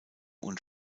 und